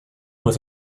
was